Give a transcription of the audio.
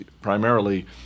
primarily